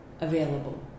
available